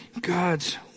God's